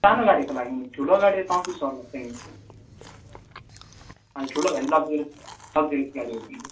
सानो गाडीको लागि ठुलो गाडी त चौतिस सौ लाग्छ नि हजुर ठुलो गाडी लक्जरिस लक्जरियस गाडी हुन्छ